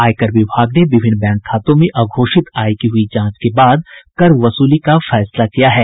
आयकर विभाग ने विभिन्न बैंक खातों में अघोषित आय की हुई जांच के बाद कर वसूली का फैसला किया है